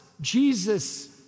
Jesus